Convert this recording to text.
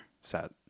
set